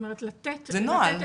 זה נוהל,